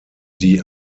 die